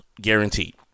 Guaranteed